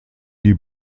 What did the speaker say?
die